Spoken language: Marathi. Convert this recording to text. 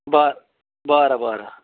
बर बरं बरं